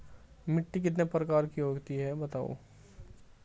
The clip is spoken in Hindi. मिट्टी कितने प्रकार की होती हैं बताओ?